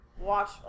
watch